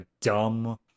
dumb